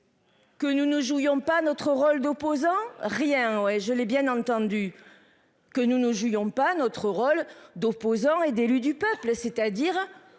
Que nous ne jouions pas notre rôle d'opposant rien et je l'ai bien entendu. Que nous ne jugeons pas notre rôle d'opposants et d'élus du peuple et c'est-à-dire